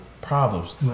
problems